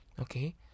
okay